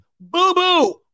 boo-boo